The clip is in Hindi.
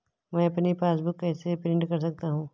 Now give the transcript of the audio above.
मैं अपनी पासबुक कैसे प्रिंट कर सकता हूँ?